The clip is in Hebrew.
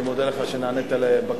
אני מודה לך על שנענית לבקשתי.